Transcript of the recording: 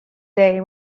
day